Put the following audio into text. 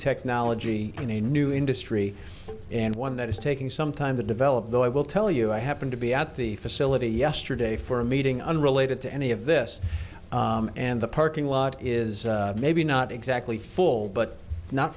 technology in a new industry and one that is taking some time to develop though i will tell you i happened to be at the facility yesterday for a meeting unrelated to any of this and the parking lot is maybe not exactly full but not